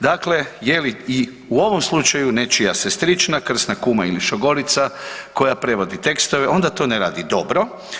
Dakle, je li i u ovom slučaju nečija sestrična, krsna kuma ili šogorica koja prevodi tekstove onda to ne radi dobro.